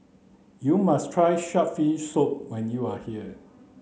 you must try shark's fin soup when you are here